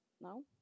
no